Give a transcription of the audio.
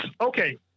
Okay